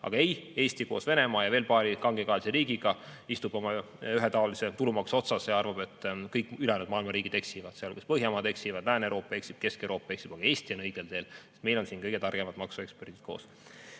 Aga ei, Eesti istub koos Venemaa ja paari teise kangekaelse riigiga oma ühetaolise tulumaksu otsas ja arvab, et kõik ülejäänud maailma riigid eksivad. Sealhulgas Põhjamaad eksivad, Lääne-Euroopa eksib, Kesk-Euroopa eksib, aga Eesti on õigel teel, sest meil on siin kõige targemad maksueksperdid koos.